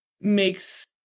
makes